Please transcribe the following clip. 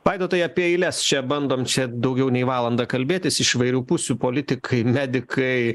vaidotai apie eiles čia bandom čia daugiau nei valandą kalbėtis iš įvairių pusių politikai medikai